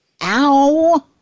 Ow